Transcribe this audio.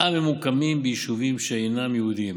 הממוקמים ביישובים שאינם יהודיים